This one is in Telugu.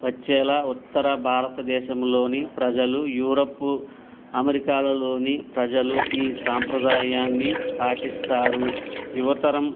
వచ్చేలా ఉత్తర భారత దేశంలోని ప్రజలు యూరప్ అమెరికాలోని ప్రజలు ఈ సాంప్రదాయాన్ని పాటిస్తారు యువతరం